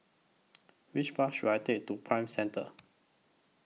Which Bus should I Take to Prime Centre